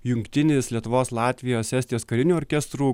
jungtinis lietuvos latvijos estijos karinių orkestrų